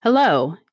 Hello